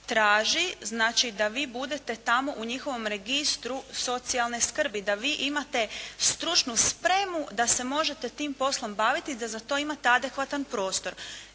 znači da vi budete tamo u njihovom registru socijalne skrbi, da vi imate stručnu spremu da se možete tim poslom baviti, da za to imate adekvatan prostor